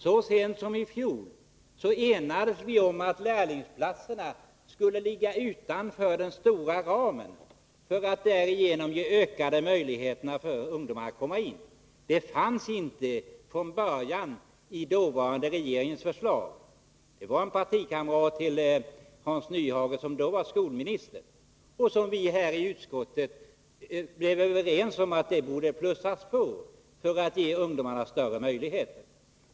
Så sent som i fjol enades vi om att lärlingsplatserna skulle ligga utanför den stora ramen, för att därigenom öka möjligheterna för ungdomarna att komma in på gymnasieskolan. Från början fanns det inte medi den dåvarande regeringens förslag— Hans Nyhages partikamrat var skolminister på den tiden. I utskottet blev vi överens om att det aktuella beloppet borde plussas på för att ge ungdomarna större möjligheter.